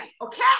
Okay